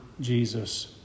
Jesus